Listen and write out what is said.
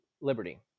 Liberty